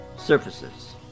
surfaces